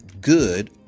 good